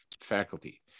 faculty